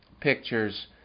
pictures